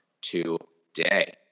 today